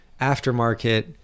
aftermarket